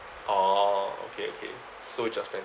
orh okay okay so judgemental